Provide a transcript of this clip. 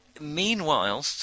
Meanwhile